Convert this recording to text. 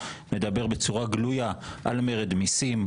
מדבר בצורה גלויה על מרד מיסים,